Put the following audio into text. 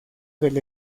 del